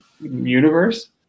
universe